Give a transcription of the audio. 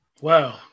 wow